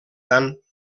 tant